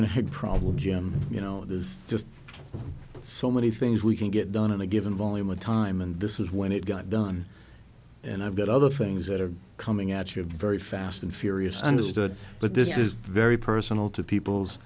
egg problem jim you know there's just so many things we can get done in a given volume of time and this is when it got done and i've got other things that are coming at you a very fast and furious understood but this is very personal to people's